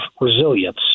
resilience